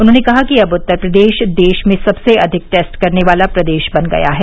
उन्होंने कहा कि अब उत्तर प्रदेश देश में सबसे अधिक टेस्ट करने वाला प्रदेश बन गया है